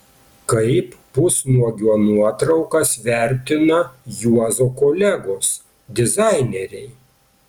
kaip pusnuogio nuotraukas vertina juozo kolegos dizaineriai